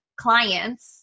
clients